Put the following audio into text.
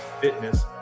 Fitness